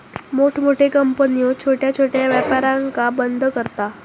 मोठमोठे कंपन्यो छोट्या छोट्या व्यापारांका बंद करता